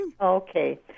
Okay